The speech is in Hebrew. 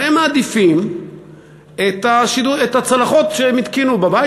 והם מעדיפים את הצלחות שהם התקינו בבית,